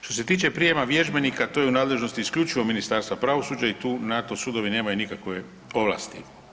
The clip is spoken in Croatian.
Što se tiče prijema vježbenika to je u nadležnosti isključivo Ministarstva pravosuđa i tu, na to sudovi nemaju nikakve ovlasti.